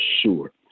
sure